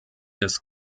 des